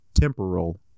temporal